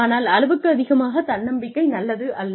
ஆனால் அளவுக்கு அதிகமான தன்னம்பிக்கை நல்லதல்ல